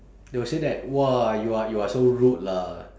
they will say that !wah! you are you are so rude lah